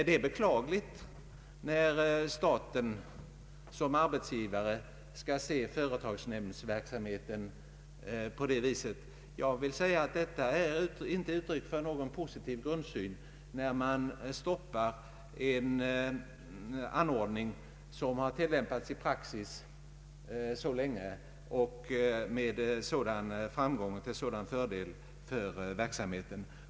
Det är beklagligt att staten såsom arbetsgivare skall se företagsnämndsverksamheten på detta sätt. Det är inte något uttryck för en positiv grundsyn att stoppa en ordning som har tillämpats i praxis så länge, med sådan framgång och till sådan fördel för verksamheten.